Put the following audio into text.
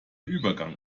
übergang